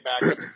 back